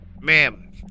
ma'am